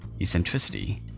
Eccentricity